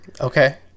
Okay